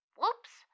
Whoops